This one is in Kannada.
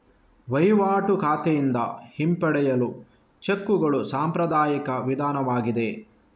ವಹಿವಾಟು ಖಾತೆಯಿಂದ ಹಿಂಪಡೆಯಲು ಚೆಕ್ಕುಗಳು ಸಾಂಪ್ರದಾಯಿಕ ವಿಧಾನವಾಗಿದೆ